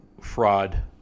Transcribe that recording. fraud